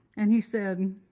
and he said,